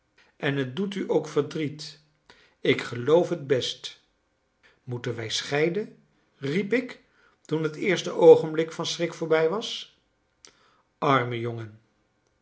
en het doet u ook verdriet ik geloof het best moeten wij scheiden riep ik toen het eerste oogenblik van schrik voorbij was arme jongen